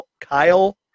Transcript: Kyle